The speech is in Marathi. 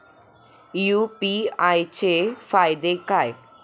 यु.पी.आय चे फायदे काय?